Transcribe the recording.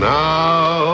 now